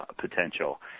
potential